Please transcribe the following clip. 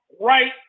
right